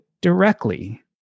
directly